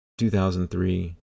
2003